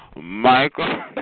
Michael